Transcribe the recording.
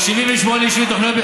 ל-78 יישובים,